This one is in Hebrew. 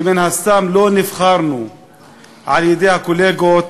שמן הסתם לא נבחרנו על-ידי הקולגות,